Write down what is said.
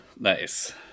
nice